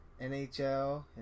NHL